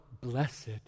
blessed